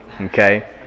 Okay